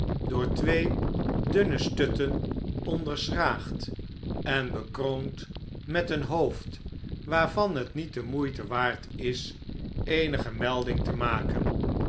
door twee dunne stutten onderschraagd en bekroond met een hoofd waarvan het niet de moeite waard is eenige melding te maken